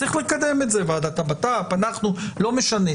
צריך לקדם את זה, ועדת הבט"פ, אנחנו, לא משנה.